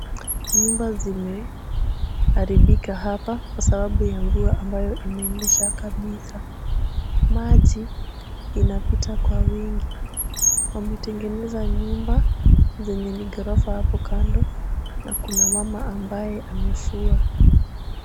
Nyumba zimeharibika hapa kwa sababu ya mvua ambayo imenyesha kabisa. Maji inapita kwa wingi. Wametengeneza nyumba zenye ni ghorofa hapo kando na kuna mama ambaye amefua.